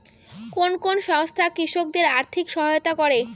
কোন কোন সংস্থা কৃষকদের আর্থিক সহায়তা করে?